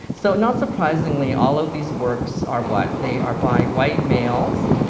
so not surprisingly, all of these works are what, they are by white males,